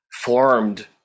formed